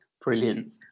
Brilliant